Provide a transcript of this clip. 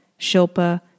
Shilpa